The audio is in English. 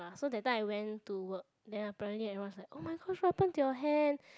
uh so that time I went to work then apparently everyone is like oh-my-gosh what happened to your hand